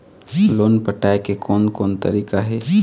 Loan पटाए के कोन कोन तरीका हे?